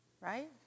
right